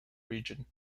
region